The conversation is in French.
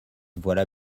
voilà